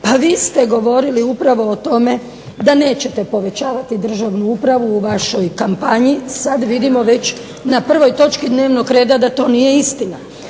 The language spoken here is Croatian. Pa vi ste govorili upravo o tome da nećete povećavati državnu upravu u vašoj kampanji, sada vidimo već na prvoj točki dnevnog reda da to nije istina.